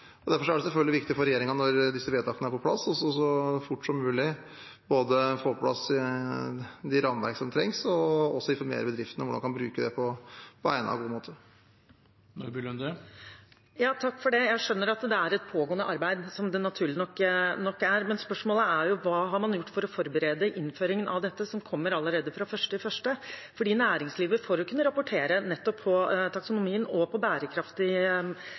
selvfølgelig viktig for regjeringen når disse vedtakene er på plass, så fort som mulig både å få på plass de rammeverk som trengs, og å informere bedriftene om hvordan man kan bruke det på egnet og god måte. Jeg skjønner at det er et pågående arbeid, som det naturlig nok er, men spørsmålet er hva man har gjort for å forberede innføringen av dette, som kommer allerede fra 1. januar. For å kunne rapportere på taksonomien og